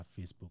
Facebook